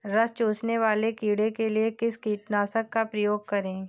रस चूसने वाले कीड़े के लिए किस कीटनाशक का प्रयोग करें?